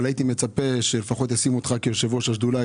הייתי מצפה שלפחות ישימו אותך כיושב ראש השדולה,